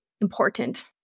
important